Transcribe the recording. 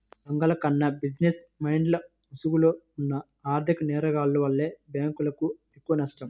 దొంగల కన్నా బిజినెస్ మెన్ల ముసుగులో ఉన్న ఆర్ధిక నేరగాల్ల వల్లే బ్యేంకులకు ఎక్కువనష్టం